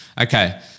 Okay